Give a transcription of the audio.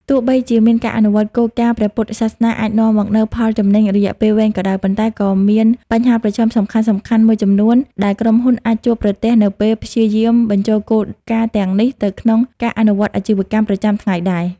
ទោះបីជាការអនុវត្តគោលការណ៍ព្រះពុទ្ធសាសនាអាចនាំមកនូវផលចំណេញរយៈពេលវែងក៏ដោយ ប៉ុន្តែក៏មានបញ្ហាប្រឈមសំខាន់ៗ មួយចំនួនដែលក្រុមហ៊ុនអាចជួបប្រទះនៅពេលព្យាយាមបញ្ចូលគោលការណ៍ទាំងនេះទៅក្នុងការអនុវត្តអាជីវកម្ម ប្រចាំថ្ងៃដែរ។